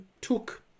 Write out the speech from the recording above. took